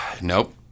Nope